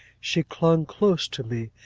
she clung close to me,